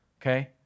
okay